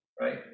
right